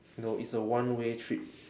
no it's a one way trip